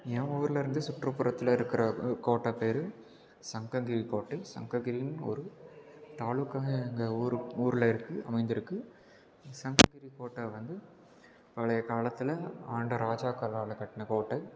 என் ஊர்லருந்து சுற்றுப்புறத்தில் இருக்கிற கோட்டை பேர் சங்கங்கிரி கோட்டை சங்ககிரின்னு ஒரு தாலுகா எங்கள் ஊர் ஊரில் இருக்கு அமைந்திருக்கு சங்ககிரி கோட்டை வந்து பழைய காலத்தில் ஆண்ட ராஜாக்களால் கட்டின கோட்டை